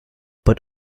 but